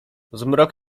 zmrok